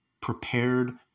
prepared